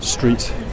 Street